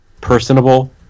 personable